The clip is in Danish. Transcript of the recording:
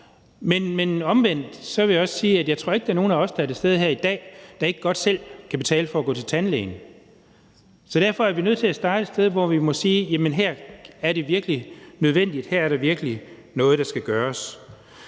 Men omvendt vil jeg også sige, at jeg ikke tror, at der er nogen af os, der er til stede her i dag, der ikke godt selv kan betale for at gå til tandlæge. Så derfor er vi nødt til at starte et sted, hvor vi må sige: Her er det virkelig nødvendigt, her er der virkelig noget, der skal gøres.